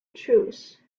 truce